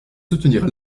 soutenir